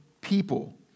people